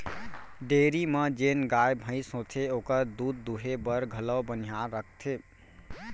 dairy म जेन गाय भईंस होथे ओकर दूद दुहे बर घलौ बनिहार रखथें